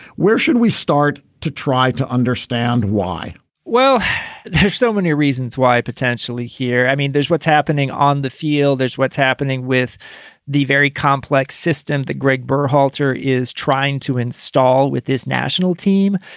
where should we start to try to understand why well there are so many reasons why potentially here. i mean there's what's happening on the field there's what's happening with the very complex system that greg burr halter is trying to install with this national team.